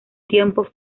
tiempo